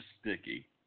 sticky